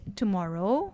tomorrow